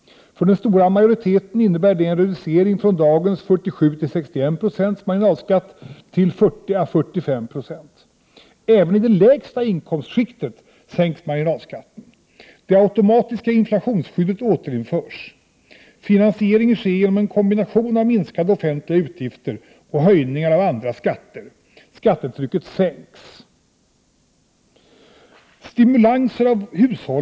För den stora majoriteten innebär det en reducering från dagens 47-61 90 i marginalskatt till 40-45 26. Även i det lägsta inkomstskiktet sänks marginalskatten. Det automatiska inflationsskyddet återinförs. Finansieringen sker genom en kombination av minskade offentliga utgifter och höjningar av andra skatter. Skattetrycket sänks.